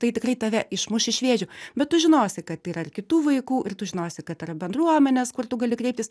tai tikrai tave išmuš iš vėžių bet tu žinosi kad tai yra ir kitų vaikų ir tu žinosi kad yra bendruomenės kur tu gali kreiptis